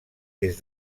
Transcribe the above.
des